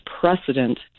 precedent